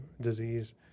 disease